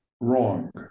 wrong